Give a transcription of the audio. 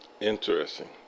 Interesting